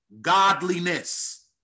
godliness